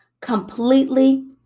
completely